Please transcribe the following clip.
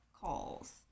calls